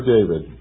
David